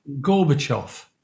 Gorbachev